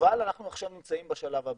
אבל אנחנו עכשיו נמצאים בשלב הבא.